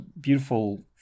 beautiful